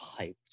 hyped